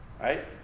right